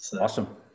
awesome